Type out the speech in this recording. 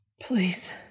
Please